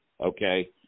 okay